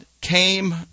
came